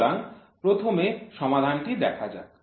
সুতরাং প্রথমে সমাধানটি দেখা যাক